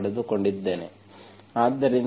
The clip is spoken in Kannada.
ಅನ್ನು ಪಡೆದುಕೊಂಡಿದ್ದೇನೆ